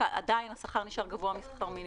עדיין השכר נשאר גבוה משכר מינימום.